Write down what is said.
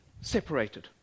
separated